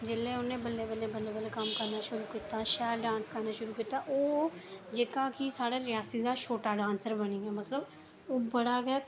जेल्लै उ'न्नै बल्लें बल्लें कम्म करना शुरू कीता हा शैल डांस करना शुरू कीता ओह् जेह्का कि साढ़ा रियासी दा छोटा डांसर बनी गेआ ओह् बड़ा गै